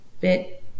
bit